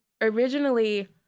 originally